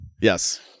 Yes